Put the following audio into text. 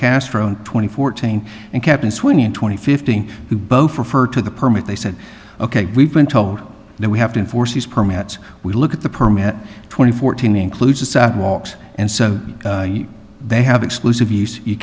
castro twenty fourteen and captain sweeney and twenty fifteen who both refer to the permit they said ok we've been told that we have to enforce these permits we look at the permit twenty fourteen includes the sidewalks and so they have exclusive use you